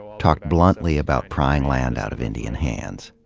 talked bluntly about prying land out of indian hands.